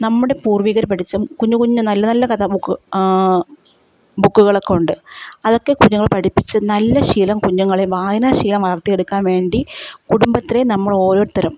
നമ്മുടെ പൂർവ്വീകർ പഠിച്ച കുഞ്ഞ് കുഞ്ഞ് നല്ല നല്ല കഥാ ബുക്ക് ബുക്കുകളൊക്കെ ഉണ്ട് അതൊക്കെ കുഞ്ഞുങ്ങളെ പഠിപ്പിച്ച് നല്ല ശീലം കുഞ്ഞുങ്ങളെ വായനാശീലം വളർത്തിയെടുക്കാൻ വേണ്ടി കുടുംബത്തിലെ നമ്മൾ ഓരോരുത്തരും